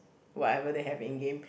whatever they have in game